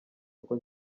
uko